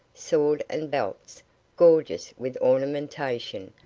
sword and belts gorgeous with ornamentation,